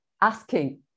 asking